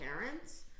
parents